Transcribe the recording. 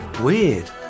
Weird